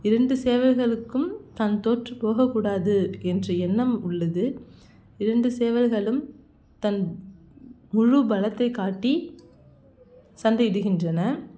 இரண்டு சேவல்களுக்கும் தன் தோற்றுப் போகக்கூடாது என்று எண்ணம் உள்ளது இரண்டு சேவல்களும் தன் முழு பலத்தைக் காட்டி சண்டையிடுகின்றன